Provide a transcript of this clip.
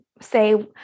say